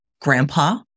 grandpa